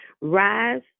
rise